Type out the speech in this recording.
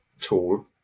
tool